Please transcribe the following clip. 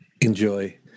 enjoy